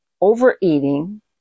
overeating